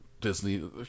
Disney